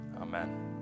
Amen